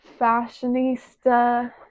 fashionista